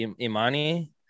imani